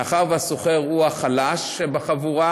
מאחר שהשוכר הוא החלש בחבורה,